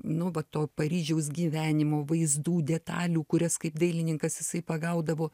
nu va to paryžiaus gyvenimo vaizdų detalių kurias kaip dailininkas jisai pagaudavo